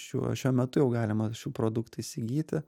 šiuo šiuo metu jau galima šių produktų įsigyti